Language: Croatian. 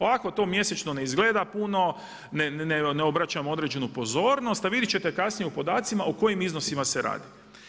Ovako to mjesečno ne izgleda puno, ne obraćamo određenu pozornost, a vidjet ćete kasnije u podacima o kojim iznosima se radi.